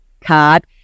card